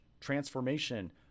transformation